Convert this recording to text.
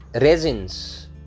resins